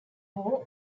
war